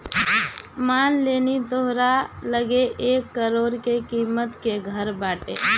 मान लेनी तोहरा लगे एक करोड़ के किमत के घर बाटे